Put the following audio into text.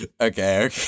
Okay